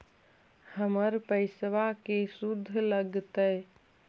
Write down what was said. हमर पैसाबा के शुद्ध लगतै?